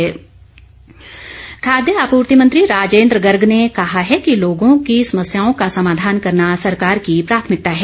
राजेन्द्र गर्ग खाद्य आपूर्ति मंत्री राजेन्द्र गर्ग ने कहा है कि लोगों की समस्याओं का समाधान करना सरकार की प्राथमिकता है